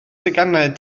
teganau